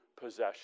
possession